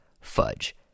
Fudge